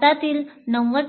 भारतातील 90